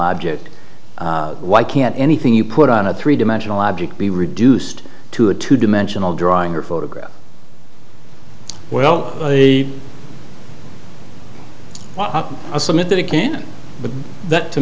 object why can't anything you put on a three dimensional object be reduced to a two dimensional drawing or photograph well a submitted a can but that to